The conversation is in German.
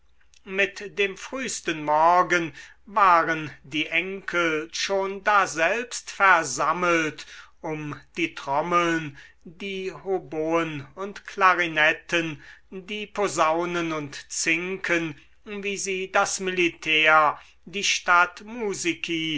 mit dem frühsten morgen waren die enkel schon daselbst versammelt um die trommeln die hoboen und klarinetten die posaunen und zinken wie sie das militär die stadtmusici